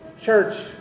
Church